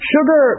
Sugar